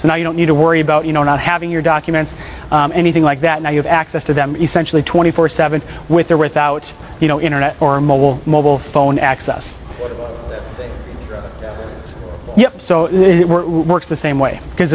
so now you don't need to worry about you know not having your documents anything like that now you have access to them essentially twenty four seventh's with or without you know internet or mobile mobile phone access yet so works the same way because